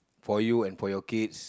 for you and for your kids